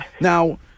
Now